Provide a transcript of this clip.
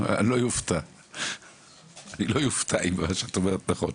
אני לא אופתע אם מה שאת אומרת נכון.